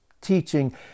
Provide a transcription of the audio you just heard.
teaching